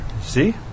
See